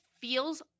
feels